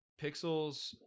Pixels